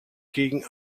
gegen